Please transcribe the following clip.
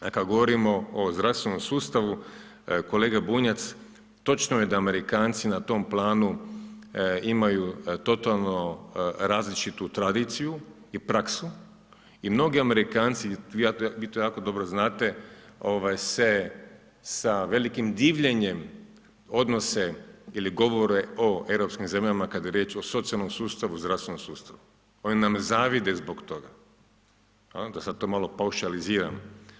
Kad govorimo o zdravstvenom sustavu kolega Bunjac točno je da Amerikanci na tom planu imaju totalno različitu tradiciju i praksu i mnogi Amerikaci, vi to jako dobro znate se sa velikim divljenjem odnose ili govore o europskim zemljama kad je riječ o socijalnom sustavu, zdravstvenom sustavu, oni nam zavide zbog toga, da sad to malo paušaliziram.